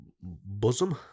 Bosom